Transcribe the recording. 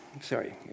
Sorry